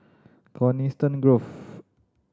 Coniston Grove